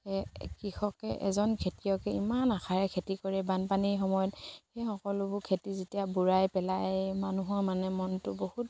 কৃষকে এজন খেতিয়কে ইমান আশাৰে খেতি কৰে বানপানীৰ সময়ত সেই সকলোবোৰ খেতি যেতিয়া বুৰাই পেলাই মানুহৰ মানে মনটো বহুত